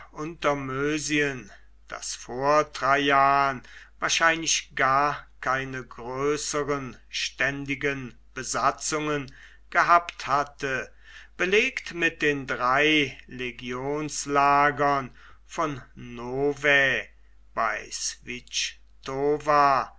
untermösien das vor traian wahrscheinlich gar keine größeren ständigen besatzungen gehabt hatte belegt mit den drei legionslagern von novae